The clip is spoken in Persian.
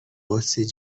قدسی